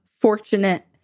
fortunate